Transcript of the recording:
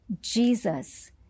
Jesus